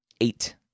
eight